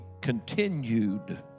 continued